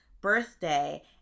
birthday